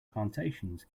plantations